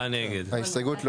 הצבעה בעד 3 נגד 4 ההסתייגות לא